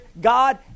God